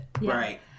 Right